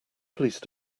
police